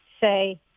say